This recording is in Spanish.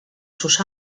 sus